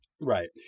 right